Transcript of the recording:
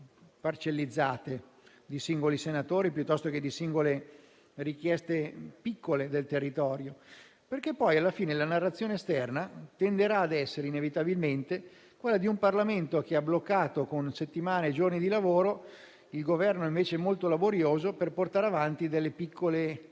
di singoli senatori o di singole richieste del territorio, perché alla fine la narrazione esterna tenderà ad essere inevitabilmente quella di un Parlamento bloccato con settimane e giorni di lavoro (mentre il Governo è molto laborioso), per portare avanti delle piccole